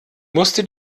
musste